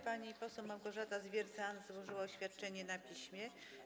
Pani poseł Małgorzata Zwiercan złożyła oświadczenie na piśmie.